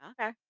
Okay